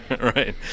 Right